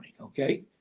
okay